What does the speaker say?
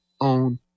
own